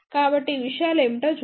కాబట్టి ఈ విషయాలు ఏమిటో చూద్దాం